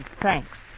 thanks